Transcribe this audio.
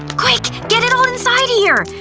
quick, get it all inside here!